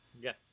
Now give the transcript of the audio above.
Yes